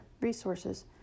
resources